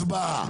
הצבעה.